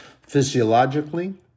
physiologically